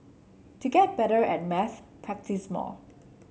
to get better at maths practise more